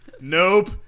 Nope